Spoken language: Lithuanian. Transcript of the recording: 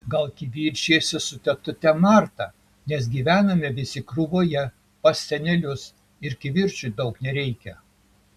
gal kivirčijasi su tetute marta nes gyvename visi krūvoje pas senelius ir kivirčui daug nereikia